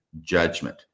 judgment